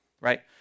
Right